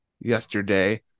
yesterday